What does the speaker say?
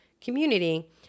community